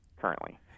currently